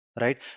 right